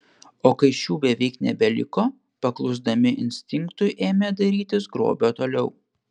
o kai šių beveik nebeliko paklusdami instinktui ėmė dairytis grobio toliau